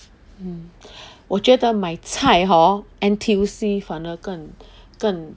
mm 我觉得买菜 hor N_T_U_C 反而更更